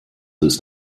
ist